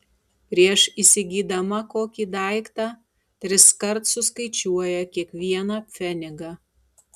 prieš įsigydama kokį daiktą triskart suskaičiuoja kiekvieną pfenigą